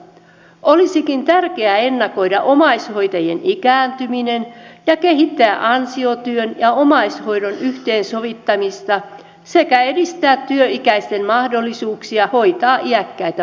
olisikin tärkeää ennakoida omaishoitajien ikääntyminen ja kehittää ansiotyön ja omaishoidon yhteensovittamista sekä edistää työikäisten mahdollisuuksia hoitaa iäkkäitä vanhempiaan